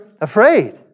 afraid